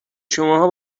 شماها